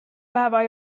päeva